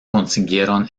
consiguieron